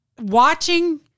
Watching